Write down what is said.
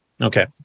Okay